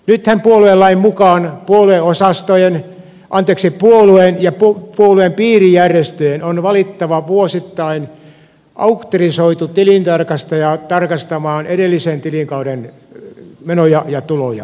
nythän puoluelain mukaan puolueen ja puolueen piirijärjestöjen on valittava vuosittain auktorisoitu tilintarkastaja tarkastamaan edellisen tilikauden menoja ja tuloja eli kirjanpitoa